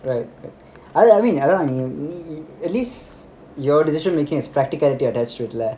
right right I I mean அதான் நீ:athaan nee at least your decision making its practicality attached